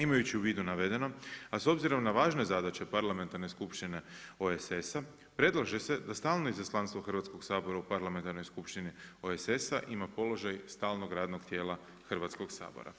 Imajući u vidu navedeno, a s obzirom na važne zadaće Parlamentarne skupštine OESS-a predlaže se da stalno Izaslanstvo Hrvatskog sabora u Parlamentarnoj skupštini OESS-a ima položaj stalnog radnog tijela Hrvatskog sabora.